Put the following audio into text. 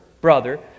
brother